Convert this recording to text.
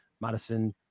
Madison